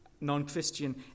non-christian